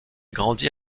grandit